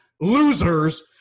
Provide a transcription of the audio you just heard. losers